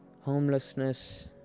homelessness